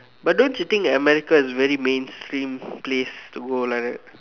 but don't you think that America is very mainstream place to go like that